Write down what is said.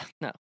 No